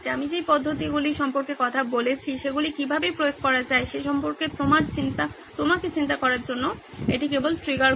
আমি যে পদ্ধতিগুলি সম্পর্কে কথা বলেছি সেগুলি কীভাবে প্রয়োগ করা যায় সে সম্পর্কে আপনাকে চিন্তা করার জন্য এটি কেবল ট্রিগার করা